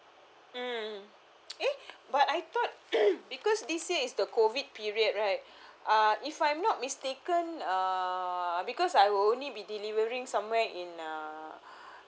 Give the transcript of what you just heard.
mm eh but I thought because this year is the COVID period right uh if I'm not mistaken uh because I will only be delivering somewhere in uh